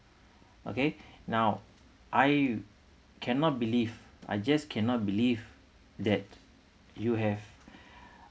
okay now I cannot believe I just cannot believe that you have